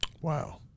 Wow